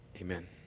amen